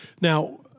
Now